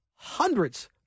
Hundreds